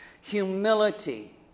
Humility